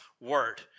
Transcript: word